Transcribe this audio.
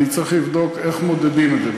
אני צריך לבדוק איך מודדים את זה.